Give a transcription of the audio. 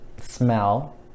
smell